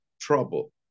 trouble